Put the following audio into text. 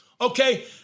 Okay